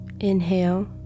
Inhale